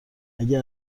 اگه